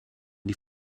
die